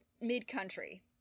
mid-country